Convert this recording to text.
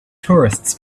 tourists